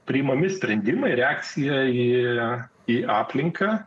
priimami sprendimai reakcija į ją į aplinką